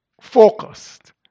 focused